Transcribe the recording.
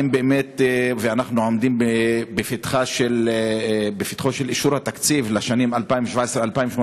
ואנחנו עומדים בפתחו של אישור התקציב לשנים 2017 2018: